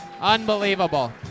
unbelievable